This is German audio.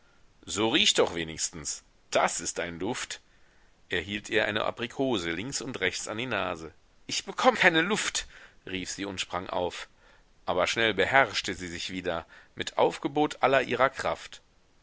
so riech doch wenigstens das ist ein duft er hielt ihr eine aprikose links und rechts an die nase ich bekomm keine luft rief sie und sprang auf aber schnell beherrschte sie sich wieder mit aufgebot aller ihrer kraft